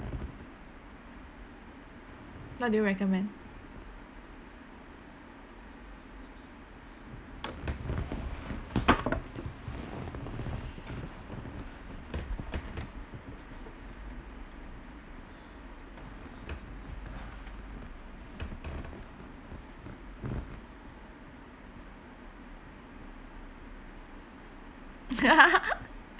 what do you recommend